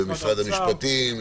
ומשרד המשפטים.